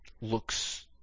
looks